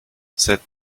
cette